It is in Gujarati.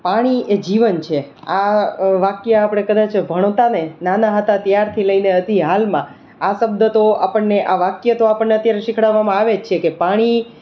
પાણી એ જીવન છે આ વાક્ય આપણે કદાચ ભણતાને નાના હતા ત્યારથી લઈને હજી હાલમાં આ સબ્દ તો આપણને આ વાક્ય તો આપણને શીખવાડવામાં આવે જ છે કે પાણી